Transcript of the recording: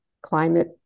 climate